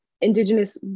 indigenous